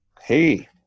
Hey